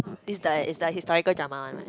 is the is the historical drama one right